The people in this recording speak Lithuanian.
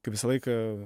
kai visą laiką